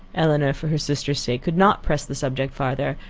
elinor, for her sister's sake, could not press the subject farther,